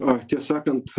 a tie sakant